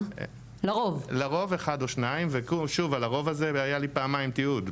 לרוב זה אחד או שניים וה"לרוב הזה" היו לי פעמיים תיעוד.